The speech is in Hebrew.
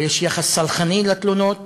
או יש יחס סלחני לתלונות